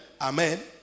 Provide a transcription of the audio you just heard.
Amen